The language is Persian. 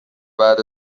بعد